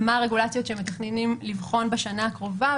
מה הרגולציות שהם מתכננים לבחון בשנה הקרובה,